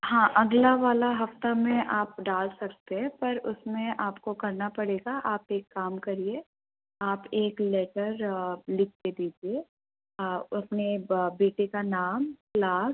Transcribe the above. हाँ अगला वाला हफ़्ता में आप डाल सकते है पर उसमें आपको करना पड़ेगा आप एक काम करिए आप एक लेटर लिख कर दीजिए अपने बेटे का नाम क्लास